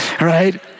right